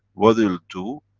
what it'll do?